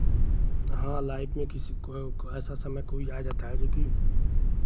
हाँ लाइफ में किसी कोई कोई ऐसा समय कोई आ जाता है जोकि